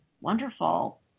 wonderful